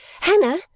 Hannah